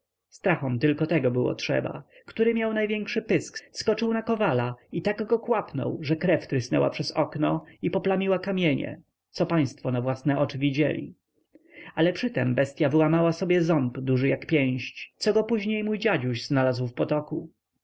strachom tego tylko było trzeba który miał największy pysk skoczył na kowala i tak go kłapnął że krew trysnęła przez okno i poplamiła kamienie co państwo na własne oczy widzieli ale przytem bestya wyłamał sobie ząb duży jak pięść co go później mój dziaduś znalazł w potoku